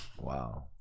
Wow